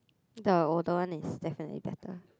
the older one is definitely better